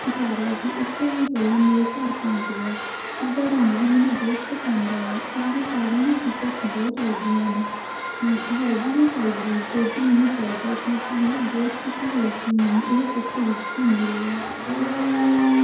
ਦਿਖਾ ਰਿਹਾ ਸੀ ਉਸ ਤੋਂ ਵੀ ਪਹਿਲਾਂ ਮੇਰੇ ਘਰ ਪਹੁੰਚ ਗਿਆ ਉਸਦਾ ਰੰਗ ਵੀ ਮੈਨੂੰ ਬਹੁਤ ਪਸੰਦ ਆਇਆ ਇਸਦੇ ਸਾਰੇ ਹੀ ਫੀਚਰਸ ਬਹੁਤ ਵਧੀਆ ਹਨ ਹੈ ਵੀ ਇਹ ਫਾਈਵ ਜੀ ਜੋ ਕਿ ਮੈਨੂੰ ਚਾਹੀਦਾ ਸੀ ਮੈਨੂੰ ਬਹੁਤ ਖੁਸ਼ੀ ਹੋਈ ਕਿ ਮੈਨੂੰ ਇਹ ਸਸਤੇ ਵਿੱਚ ਹੀ ਮਿਲ ਗਿਆ